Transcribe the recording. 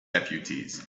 deputies